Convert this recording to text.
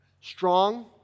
strong